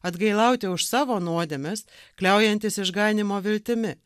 atgailauti už savo nuodėmes kliaujantis išganymo viltimi